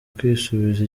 kwisubiza